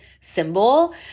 symbol